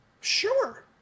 Sure